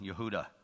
Yehuda